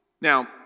Now